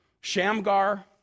Shamgar